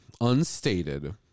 unstated